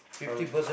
how many